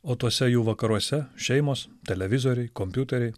o tuose jų vakaruose šeimos televizoriai kompiuteriai